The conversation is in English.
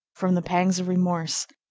from the pangs of remorse,